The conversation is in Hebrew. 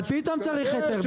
אבל פתאום צריך היתר,